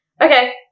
okay